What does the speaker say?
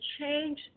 change